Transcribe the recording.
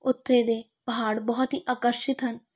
ਉੱਥੇ ਦੇ ਪਹਾੜ ਬਹੁਤ ਹੀ ਆਕਰਸ਼ਿਤ ਹਨ